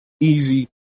easy